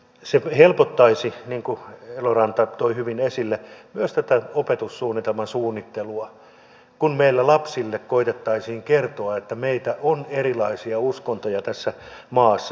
se helpottaisi niin kuin eloranta toi hyvin esille myös tätä opetussuunnitelman suunnittelua kun meillä lapsille koetettaisiin kertoa että meillä on erilaisia uskontoja tässä maassa